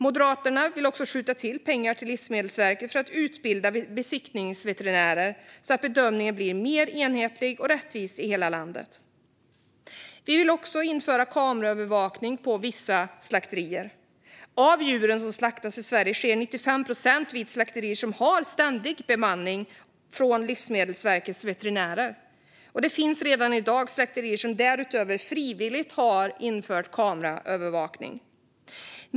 Moderaterna vill också skjuta till pengar till Livsmedelsverket för att utbilda besiktningsveterinärer så att bedömningen blir mer enhetlig och rättvis i hela landet. Vi vill även införa kameraövervakning på vissa slakterier. 95 procent av djurslakterna i Sverige sker vid slakterier som har ständig bemanning av Livsmedelsverkets veterinärer, och det finns redan i dag slakterier som därutöver frivilligt har infört kameraövervakning.